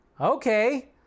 okay